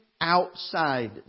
outside